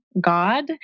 God